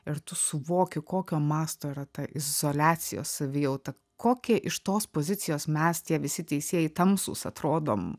ir tu suvoki kokio masto yra ta izoliacijos savijauta kokie iš tos pozicijos mes tie visi teisėjai tamsūs atrodom